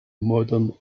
modern